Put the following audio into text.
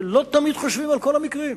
ולא תמיד חושבים על כל המקרים.